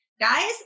guys